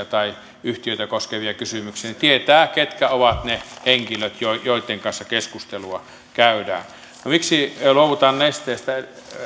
tai yhtiöitä koskevia kysymyksiä niin tietää ketkä ovat ne henkilöt joitten kanssa keskustelua käydään miksi luovutaan nesteestä